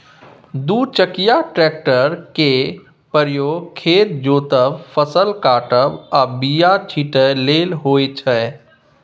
दु चकिया टेक्टर केर प्रयोग खेत जोतब, फसल काटब आ बीया छिटय लेल होइ छै